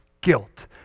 guilt